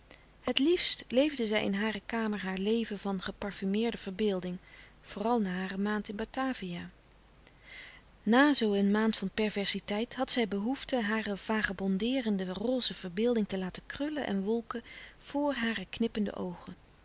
het liefst leefde zij in hare kamer haar leven van geparfumeerde verbeelding vooral na hare maand in batavia nà zoo een maand van perversiteit had zij behoefte hare vagebondeerende roze verbeelding te laten krullen en wolken voor hare knippende oogen